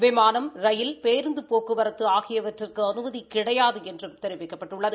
விமானம் ரயில் பேருந்து போக்குவரத்து ஆகியவற்றுக்கு அனுமதி கிடையாது என்றும் தெரிவிக்கப்பட்டுள்ளது